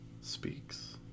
Speaks